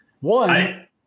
One –